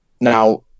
now